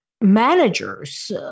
managers